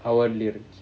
அவன்:avan